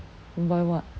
buy what